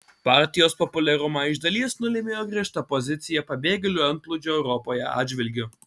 partijos populiarumą iš dalies nulėmė jo griežta pozicija pabėgėlių antplūdžio europoje atžvilgiu